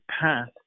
path